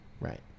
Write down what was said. Right